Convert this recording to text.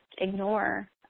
ignore